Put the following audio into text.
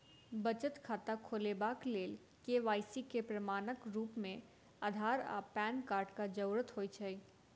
बचत खाता खोलेबाक लेल के.वाई.सी केँ प्रमाणक रूप मेँ अधार आ पैन कार्डक जरूरत होइ छै